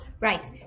Right